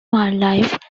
wildlife